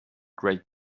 great